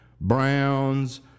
Browns